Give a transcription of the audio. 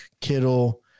Kittle